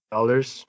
Dollars